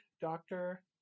Doctor